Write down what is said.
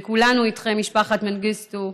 וכולנו איתכם, משפחת מנגיסטו,